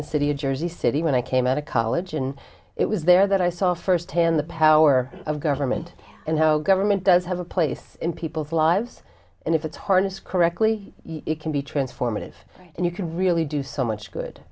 the city of jersey city when i came out of college and it was there that i saw firsthand the power of government and how government does have a place in people's lives and if it's harnessed correctly it can be transformative and you can really do so much good